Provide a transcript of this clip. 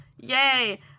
Yay